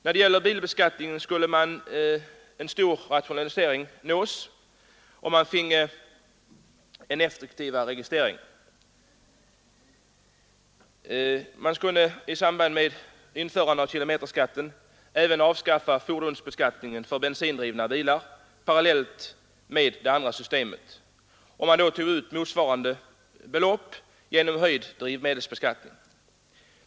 När det gäller bilbeskattningen skulle en stor rationalisering, som också finge effekter på registreringsarbetet, nås om man avskaffade fordonsbeskattningen för bensindrivna bilar parallellt med införandet av kilometerskattesystemet och tog ut motsvarande belopp genom höjd drivmedelsbeskattning.